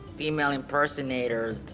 female impersonators,